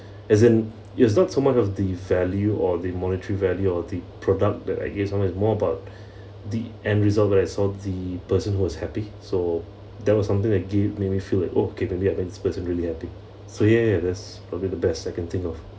as in it's not so much of the value or the monetary value or the product that I give someone it's more about the end result that I saw the person was happy so there was something I give make me feel like oh okay I made this person really happy so ya ya that's probably the best I can think of